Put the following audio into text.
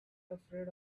afraid